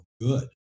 good